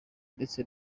ndetse